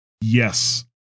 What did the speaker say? yes